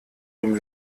dem